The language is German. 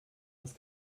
das